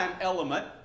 element